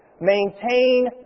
Maintain